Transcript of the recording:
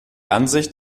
ansicht